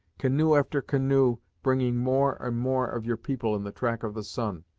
canoe after canoe bringing more and more of your people in the track of the sun,